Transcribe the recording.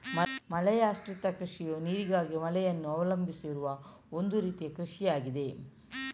ಮಳೆಯಾಶ್ರಿತ ಕೃಷಿಯು ನೀರಿಗಾಗಿ ಮಳೆಯನ್ನು ಅವಲಂಬಿಸಿರುವ ಒಂದು ರೀತಿಯ ಕೃಷಿಯಾಗಿದೆ